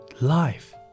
life